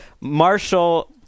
Marshall